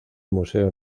museo